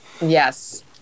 yes